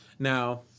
Now